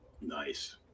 Nice